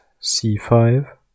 c5